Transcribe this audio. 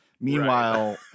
Meanwhile